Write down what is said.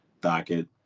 docket